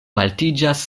altiĝas